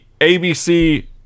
ABC